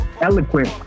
eloquent